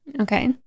Okay